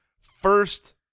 First